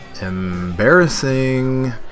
Embarrassing